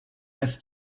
has